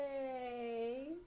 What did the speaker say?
Yay